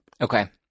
Okay